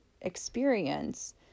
experience